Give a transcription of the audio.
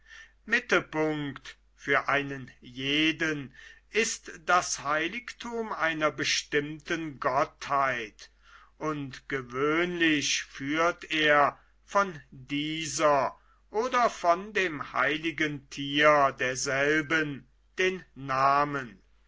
mittelpunkt für einen jeden ist das heiligtum einer bestimmten gottheit und gewöhnlich führt er von dieser oder von dem heiligen tier derselben den namen